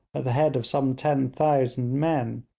at the head of some ten thousand men,